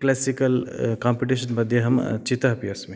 classical competition मध्ये अहं चितः अपि अस्मि